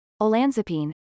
olanzapine